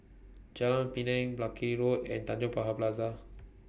Jalan Pinang Buckley Road and Tanjong Pagar Plaza